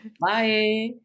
Bye